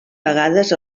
vegades